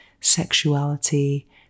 sexuality